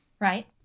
right